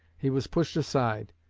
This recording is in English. he was pushed aside,